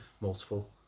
multiple